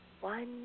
one